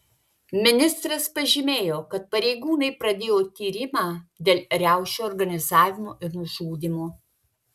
ministras pažymėjo kad pareigūnai pradėjo tyrimą dėl riaušių organizavimo ir nužudymo